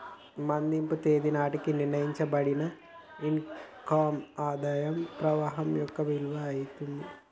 మదింపు తేదీ నాటికి నిర్ణయించబడిన ఇన్ కమ్ ఆదాయ ప్రవాహం యొక్క విలువ అయితాది